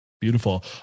Beautiful